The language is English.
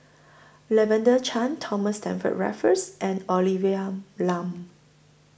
Lavender Chang Thomas Stamford Raffles and Olivia Lum